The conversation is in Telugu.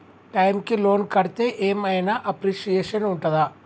టైమ్ కి లోన్ కడ్తే ఏం ఐనా అప్రిషియేషన్ ఉంటదా?